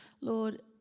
Lord